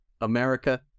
America